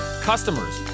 Customers